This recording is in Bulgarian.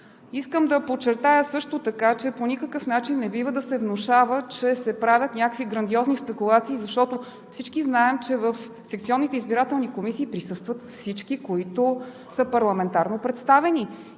Искам да подчертая също така, че по никакъв начин не бива да се внушава, че се правят някакви грандиозни спекулации, защото всички знаем, че в секционните избирателни комисии присъстват всички, които са парламентарно представени,